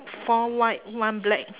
four white one black